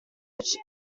which